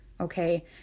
Okay